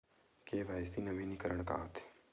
KYC नवीनीकरण का होथे?